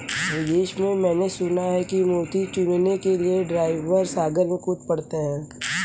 विदेश में मैंने सुना है कि मोती चुनने के लिए ड्राइवर सागर में कूद पड़ते हैं